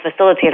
facilitator